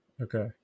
Okay